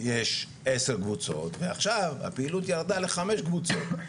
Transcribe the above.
יש עשר קבוצות, ועכשיו הפעילות ירדה לחמש קבוצות.